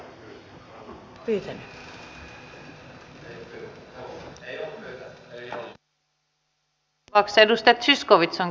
siinä tapauksessa edustaja zyskowicz on kyllä pyytänyt